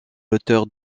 l’auteur